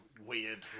weird